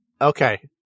Okay